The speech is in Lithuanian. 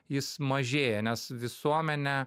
jis mažėja nes visuomenė